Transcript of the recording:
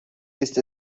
ist